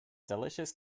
delicious